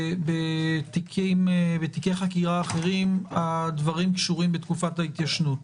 בתיקי חקירה אחרים הדברים קשורים בתקופת ההתיישנות.